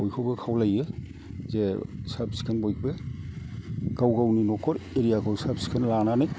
बयखौबो खावलायो जे साब सिखोन बयबो गाव गावनि न'खर एरिया खौ साब सिखोन लानानै